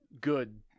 good